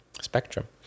spectrum